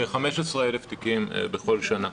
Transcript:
כ-15,000 תיקים בכל שנה.